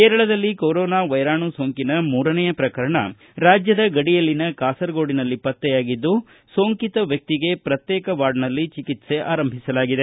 ಕೇರಳದಲ್ಲಿ ಕೊರೋನಾ ವೈರಾಣು ಸೊಂಕಿನ ಮೂರನೆಯ ಪ್ರಕರಣ ರಾಜ್ಯದ ಗಡಿಯಲ್ಲಿನ ಕಾಸರಗೋಡಿನಲ್ಲಿ ಪತ್ತೆಯಾಗಿದ್ದು ಸೋಂಕಿತ ವ್ಯಕ್ತಿಗೆ ಪ್ರತ್ಯೇಕ ವಾರ್ಡ್ನಲ್ಲಿ ಚಿಕಿತ್ಸೆಆರಂಭಿಸಲಾಗಿದೆ